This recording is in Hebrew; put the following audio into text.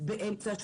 אליהן: